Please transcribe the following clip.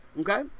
okay